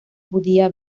judía